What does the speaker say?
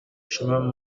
chemin